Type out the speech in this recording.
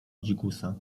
dzikusa